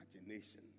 imagination